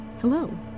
Hello